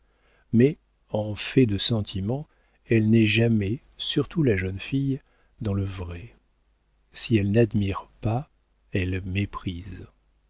mais en fait de sentiment elle n'est jamais surtout la jeune fille dans le vrai si elle n'admire pas elle méprise